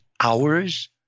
hours